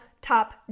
top